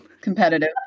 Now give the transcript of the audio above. competitive